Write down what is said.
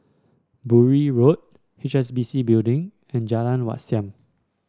Bury Road H S B C Building and Jalan Wat Siam